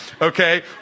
Okay